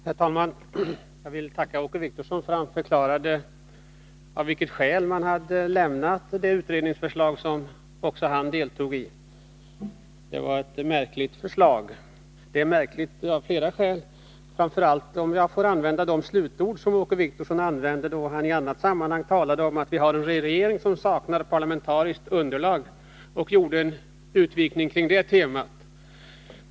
Herr talman! Jag vill tacka Åke Wictorsson för att han förklarade av vilket skäl socialdemokraterna har lämnat det utredningsförslag som också han stod bakom. Det var av flera anledningar en märklig förklaring, framför allt om jag får knyta an till Åke Wictorssons slutord, då han sade att vi har en regering som saknar parlamentariskt underlag och sedan gjorde en utvikning kring det temat.